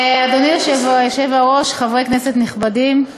אדוני היושב-ראש, חברי כנסת נכבדים,